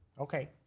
Okay